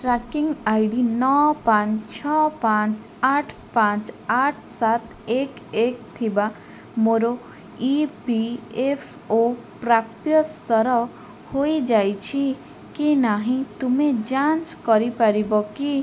tracking ID ନଅ ପାଞ୍ଚ ଛଅ ପାଞ୍ଚ ଆଠ ପାଞ୍ଚ ଆଠ ସାତ ଏକ ଏକ ଥିବା ମୋର ଇ ପି ଏଫ୍ ଓ ପ୍ରାପ୍ୟ ସ୍ଥର ହୋଇଯାଇଛି କି ନାହିଁ ତୁମେ ଯାଞ୍ଚ୍ କରିପାରିବ କି